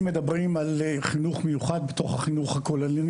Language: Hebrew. מדברים על חינוך מיוחד בתוך החינוך הכולל,